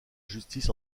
justice